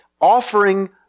offering